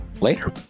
Later